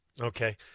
Okay